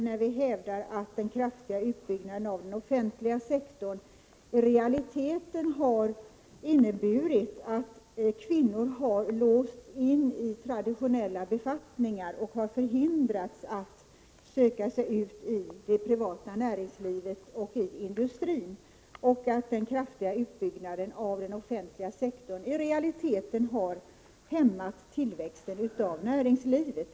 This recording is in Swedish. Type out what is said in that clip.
Vi hävdar i reservationen att den kraftiga utbyggnaden av den offentliga sektorn i realiteten har inneburit att kvinnor har låsts fast i traditionella befattningar och har förhindrats att söka sig ut i det privata näringslivet och i industrin och att den kraftiga utbyggnaden av den offentliga sektorn i realiteten har hämmat tillväxten i näringslivet.